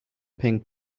pink